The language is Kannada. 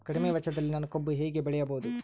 ಕಡಿಮೆ ವೆಚ್ಚದಲ್ಲಿ ನಾನು ಕಬ್ಬು ಹೇಗೆ ಬೆಳೆಯಬಹುದು?